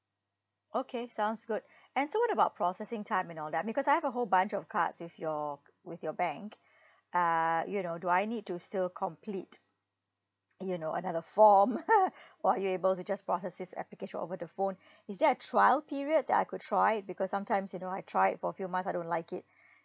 okay sounds good and so what about processing time and all that because I have a whole bunch of cards with your with your bank uh you know do I need to still complete you know another form or you able to just process this application over the phone is there a trial period that I could try because sometimes you know I tried for a few months I don't like it